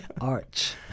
Arch